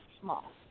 small